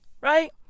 Right